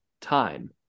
time